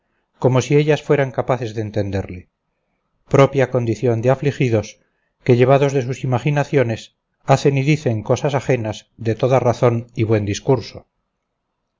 como si ellas fueran capaces de entenderle propia condición de afligidos que llevados de sus imaginaciones hacen y dicen cosas ajenas de toda razón y buen discurso